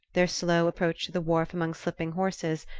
their slow approach to the wharf among slipping horses,